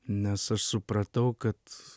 nes aš supratau kad